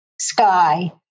sky